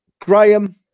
Graham